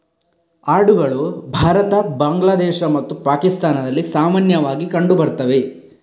ಆಡುಗಳು ಭಾರತ, ಬಾಂಗ್ಲಾದೇಶ ಮತ್ತು ಪಾಕಿಸ್ತಾನದಲ್ಲಿ ಸಾಮಾನ್ಯವಾಗಿ ಕಂಡು ಬರ್ತವೆ